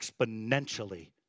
exponentially